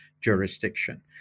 jurisdiction